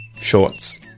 shorts